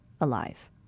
alive